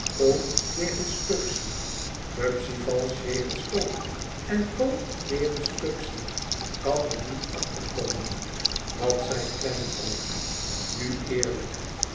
pubsey pubsey valsch jegens co en co jegens pubsey kan er niet achter komen wat zei kleinoog nu eerlijk